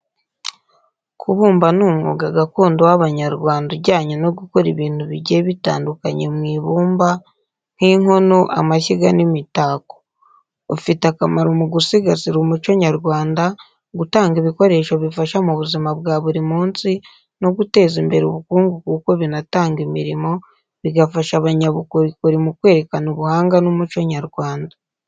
Kubumba ni umwuga gakondo w’Abanyarwanda ujyanye no gukora ibintu bigiye bitandukanye mu ibumba, nk’inkono, amashyiga n’imitako. Ufite akamaro mu gusigasira umuco nyarwanda, gutanga ibikoresho bifasha mu buzima bwa buri munsi, no guteza imbere ubukungu kuko binatanga imirimo, bigafasha abanyabukorikori mu kwerekana ubuhanga n’umuco nyarwanda.